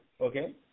Okay